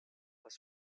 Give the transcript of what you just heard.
pas